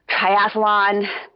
triathlon